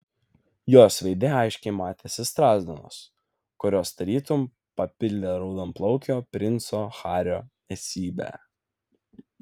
jos veide aiškiai matėsi strazdanos kurios tarytum papildė raudonplaukio princo hario esybę